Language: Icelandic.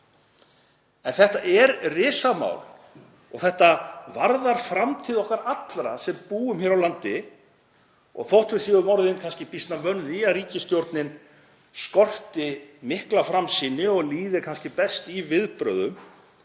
En þetta er risamál. Þetta varðar framtíð okkar allra sem búum hér á landi og þótt við séum orðin býsna vön því að ríkisstjórnina skorti mikla framsýni og líði kannski best í viðbrögðum